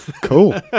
Cool